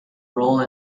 role